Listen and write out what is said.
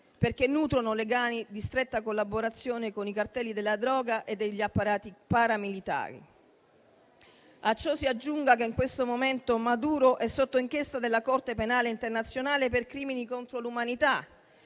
perché nutrono legami di stretta collaborazione con i cartelli della droga e degli apparati paramilitari. A ciò si aggiunga che in questo momento Maduro è sotto inchiesta della Corte penale internazionale per crimini contro l'umanità,